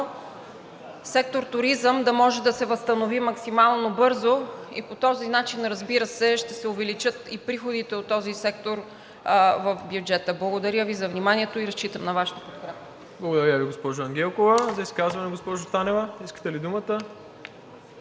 сектор „Туризъм“ да може да се възстанови максимално бързо и по този начин, разбира се, ще се увеличат и приходите от този сектор в бюджета. Благодаря Ви за вниманието и разчитам на Вашата подкрепа. ПРЕДСЕДАТЕЛ МИРОСЛАВ ИВАНОВ: Благодаря Ви, госпожо Ангелкова. За изказване, госпожо Танева, искате ли думата?